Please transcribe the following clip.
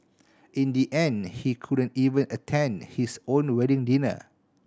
in the end he couldn't even attend his own wedding dinner